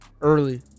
early